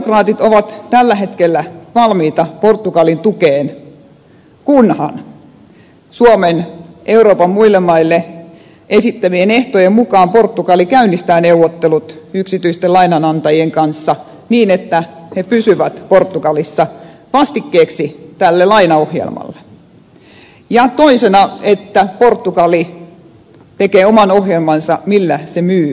sosialidemokraatit ovat tällä hetkellä valmiita portugalin tukeen kunhan suomen euroopan muille maille esittämien ehtojen mukaan portugali käynnistää neuvottelut yksityisten lainanantajien kanssa niin että ne pysyvät portugalissa vastikkeeksi tälle lainaohjelmalle ja toisena portugali tekee oman ohjelmansa jolla se myy omaisuuttaan